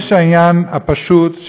יש העניין הפשוט,